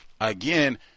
Again